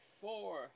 four